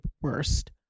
worst